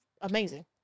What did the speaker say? amazing